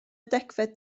degfed